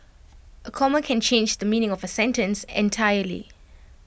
A comma can change the meaning of A sentence entirely